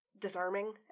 disarming